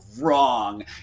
wrong